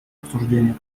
обсуждениях